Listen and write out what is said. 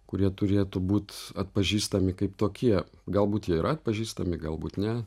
kurie turėtų būt atpažįstami kaip tokie galbūt jie yra atpažįstami galbūt ne